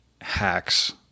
hacks